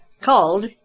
called